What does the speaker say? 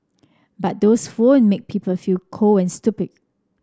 but those phone make people feel cold and stupid